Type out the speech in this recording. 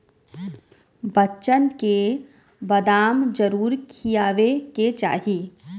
बच्चन के बदाम जरूर खियावे के चाही